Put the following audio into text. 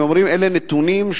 הם אומרים שאלה נתונים.